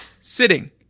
sitting